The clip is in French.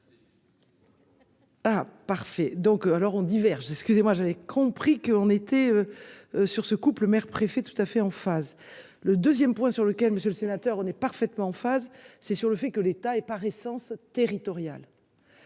Ah, parfait. Donc alors on diverge excusez-moi j'avais compris qu'on était. Sur ce couple mère-préfet tout à fait en phase. Le 2ème, point sur lequel Monsieur le Sénateur. On est parfaitement en phase, c'est sur le fait que l'État est par essence territoriale.